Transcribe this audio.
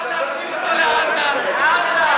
לעזה.